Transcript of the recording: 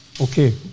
Okay